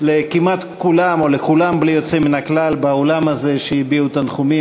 לכמעט כולם או לכולם בלי יוצא מן הכלל באולם הזה שהביעו תנחומים,